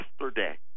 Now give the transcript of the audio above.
yesterday